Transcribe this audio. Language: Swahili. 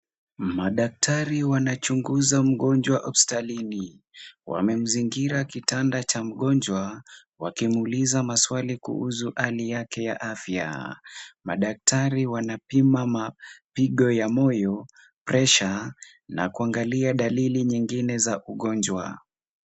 Madaktari wanachunguza mgonjwa hospitalini. Wamemzingira kitanda cha mgonjwa wakimuuliza maswali kuhusu hali yake ya afya. Madaktari wanapima mapigo ya moyo, pressure na kuangalia dalili nyingine za ugonjwa.